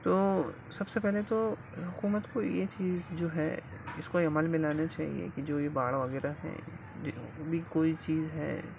تو سب سے پہلے تو حکومت کو یہ چیز جو ہے اس کو عمل میں لانا چاہیے کہ جو یہ باڑھ وغیرہ ہیں جو بھی کوئی چیز ہے